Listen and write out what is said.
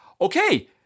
Okay